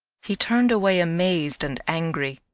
he turned away amazed and angry.